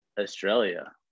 Australia